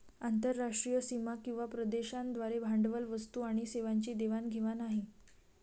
आंतरराष्ट्रीय सीमा किंवा प्रदेशांद्वारे भांडवल, वस्तू आणि सेवांची देवाण घेवाण आहे